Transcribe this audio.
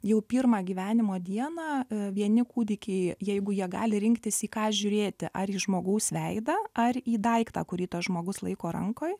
jau pirmą gyvenimo dieną vieni kūdikiai jeigu jie gali rinktis į ką žiūrėti ar į žmogaus veidą ar į daiktą kurį tas žmogus laiko rankoj